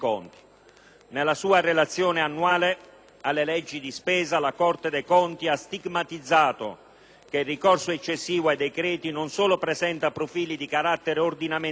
nella sua relazione annuale alle leggi di spesa ha stigmatizzato che il ricorso eccessivo ai decreti non solo presenta profili di carattere ordinamentale,